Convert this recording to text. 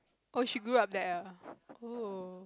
oh she grew up there ah oo